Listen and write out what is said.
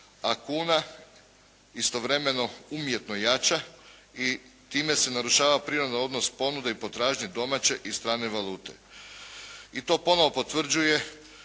a kuna istovremeno umjetno jača i time se narušava prirodan odnos ponude i potražnje domaće i strane valute. I to ponovo potvrđuje